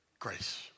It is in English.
grace